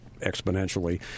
exponentially